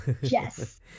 yes